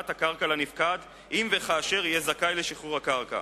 הקרקע לנפקד אם וכאשר יהיה זכאי לשחרור הקרקע.